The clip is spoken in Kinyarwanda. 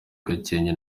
gakenke